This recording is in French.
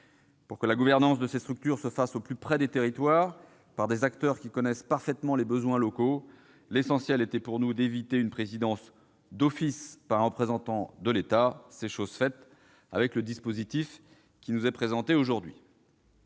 Pour que la gouvernance de ces structures se fasse au plus près des territoires, par des acteurs qui connaissent parfaitement les besoins locaux, l'essentiel était selon nous d'éviter une présidence d'office par un représentant de l'État. C'est chose faite avec le dispositif qui nous est présenté aujourd'hui.